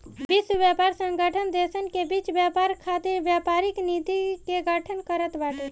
विश्व व्यापार संगठन देसन के बीच व्यापार खातिर व्यापारिक नीति के गठन करत बाटे